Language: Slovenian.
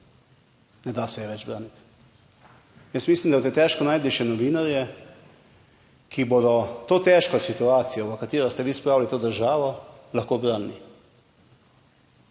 Ne da se je več braniti. Jaz mislim, da boste težko našli še novinarje, ki bodo to težko situacijo, v katero ste vi spravili to državo, lahko branili.